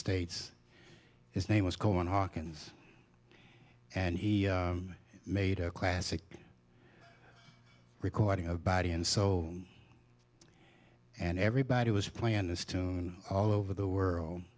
states his name was cohen hawkins and he made a classic recording of body and so and everybody was planned this tune all over the world